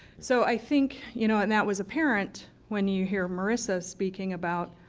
so i think you know and that was apparent when you hear morrisa speaking about